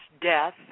death